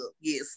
Yes